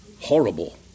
horrible